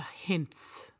hints